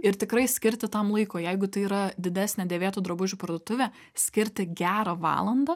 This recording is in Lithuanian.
ir tikrai skirti tam laiko jeigu tai yra didesnė dėvėtų drabužių parduotuvė skirti gerą valandą